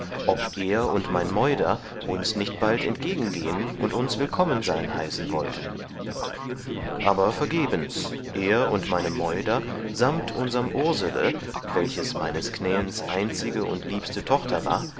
ob er und mein meuder uns nicht bald entgegengehen und uns willkommen sein heißen wollten aber vergebens er und meine meuder samt unserm ursele welches meines knäens einzige und liebste tochter war